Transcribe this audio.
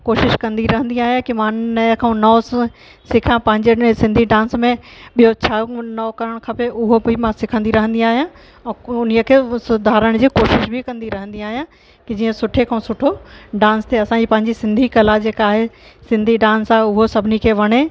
कोशिशि कंदी रहंदी आहियां की मां नयें खां नओं सिखां पंहिंजे में सिंधी डांस में ॿियो छा नओं करणु खपे उहो बि मां सिखंदी रहंदी आहियां और उन्हीअ खे सुधारण जी कोशिशि बि कंदी रहंदी आहियां की जीअं सुठे खां सुठो डांस थिए असांजी पंहिंजी सिंधी कला जेका आहे सिंधी डांस आहे उहो सभिनी खे वणे